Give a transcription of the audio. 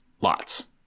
Lots